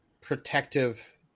protective